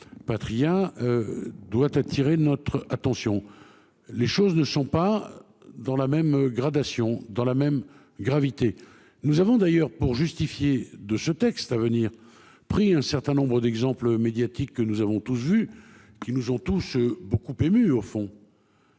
Patriat. Doit attirer notre attention. Les choses ne sont pas dans la même gradation dans la même gravité. Nous avons d'ailleurs pour justifier de ce texte à venir pris un certain nombre d'exemples médiatique que nous avons tous vu qui nous on touche beaucoup ému au fond.